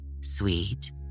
sweet